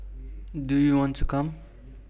do you want to come